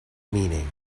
meaning